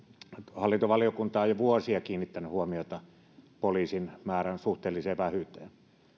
hallintovaliokunta on jo vuosia kiinnittänyt huomiota poliisien määrän suhteelliseen vähyyteen